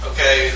Okay